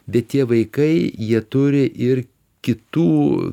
bet tie vaikai jie turi ir kitų